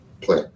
play